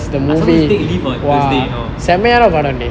I'm supposed to take leave on thursday you know